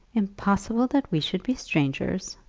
impossible that we should be strangers,